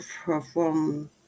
perform